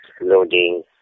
loading